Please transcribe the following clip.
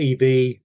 EV